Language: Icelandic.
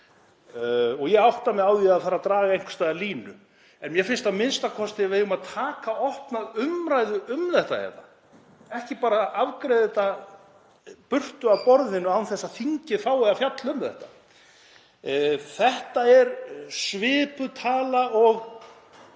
Ég átta mig á því að þarf að draga einhvers staðar línu en mér finnst a.m.k. að við eigum að taka opna umræðu um þetta, ekki bara afgreiða þetta burtu af borðinu án þess að þingið fái að fjalla um þetta. Þetta er svipuð tala og